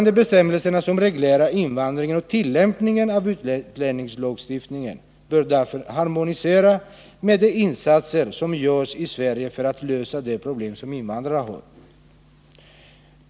De bestämmelser som reglerar invandringen och tillämpningen av utlänningslagstiftningen bör därför harmoniera med de insatser som görs i Sverige för att lösa invandrarnas problem.